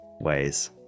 ways